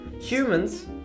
Humans